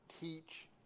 teach